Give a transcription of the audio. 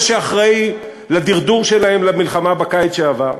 שאחראי לדרדור שלהם למלחמה בקיץ שעבר,